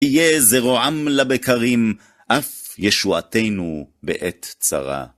תהיה זרועם לבקרים, אף ישועתנו בעת צרה.